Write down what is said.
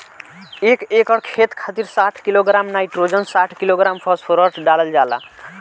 एक एकड़ खेत खातिर साठ किलोग्राम नाइट्रोजन साठ किलोग्राम फास्फोरस डालल जाला?